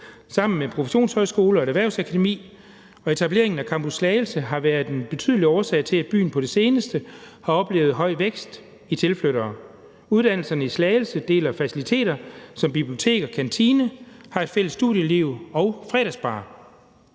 sammen med en professionshøjskole og et erhvervsakademi, og etableringen af Campus Slagelse har været en betydelig årsag til, at byen på det seneste har oplevet høj vækst i antallet af tilflyttere. Uddannelserne i Slagelse deler faciliteter som bibliotek og kantine, har et fælles studieliv og fredagsbar.